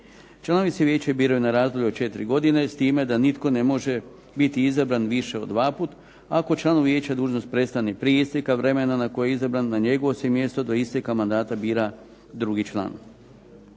Članovi se vijeća na razdoblje na 4 godine, s time da nitko ne može biti izabran više od dvaput, ako članu vijeća dužnost prestane prije isteka vremena na koji je izabran, na njegovo se mjesto do isteka mandata bira drugi član.